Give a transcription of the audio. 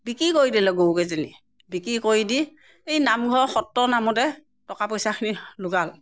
বিক্ৰী কৰি দিলে গৰুকিজনী বিক্ৰী কৰি দি এই নামঘৰৰ সত্ৰৰ নামতে টকা পইচাখিনি লগাল